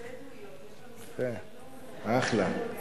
אנחנו בדואיות, יש לנו סבלנות, אצלנו הכול לאט.